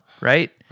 right